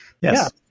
Yes